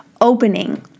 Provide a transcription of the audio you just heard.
opening